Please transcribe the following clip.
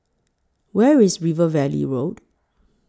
Where IS River Valley Road